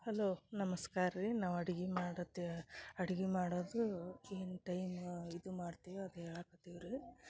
hello ನಮಸ್ಕಾರ ರೀ ನಾವು ಅಡಿಗೆ ಮಾಡುತ್ತೇವೆ ಅಡಿಗೆ ಮಾಡೋದು ಏನು ಟೈಮ ಇದು ಮಾಡ್ತೇವೆ ಅದು ಹೇಳಾಕತ್ತೀವಿ ರೀ